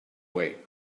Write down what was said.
way